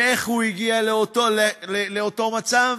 ואיך הוא הגיע לאותו מצב?